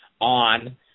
on